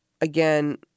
again